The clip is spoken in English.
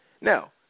Now